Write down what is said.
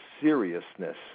seriousness